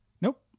nope